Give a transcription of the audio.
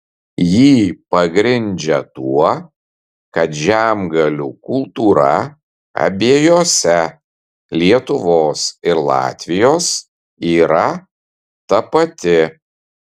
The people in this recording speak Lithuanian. jį pagrindžia tuo kad žemgalių kultūra abiejose lietuvos ir latvijos yra tapati